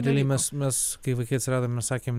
realiai mes mes kai vaikai atrado mes sakėm